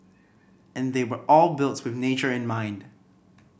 and they were all built with nature in mind